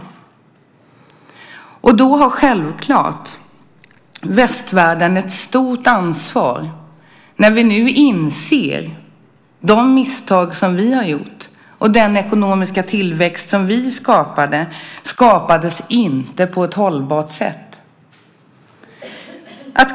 Då har självklart västvärlden ett stort ansvar när vi nu inser de misstag som vi har gjort. Och den ekonomiska tillväxt som vi skapade skapades inte på ett hållbart sätt.